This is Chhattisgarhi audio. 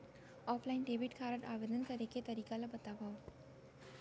ऑफलाइन डेबिट कारड आवेदन करे के तरीका ल बतावव?